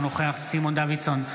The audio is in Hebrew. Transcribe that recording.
אינו נוכח סימון דוידסון,